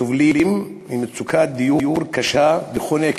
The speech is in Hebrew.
סובל ממצוקת דיור קשה וחונקת,